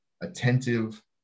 attentive